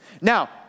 Now